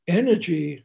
energy